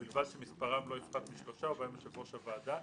ובלבד שמספרם לא יפחת משלושה ובהם יושב ראש הוועדה,